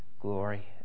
glory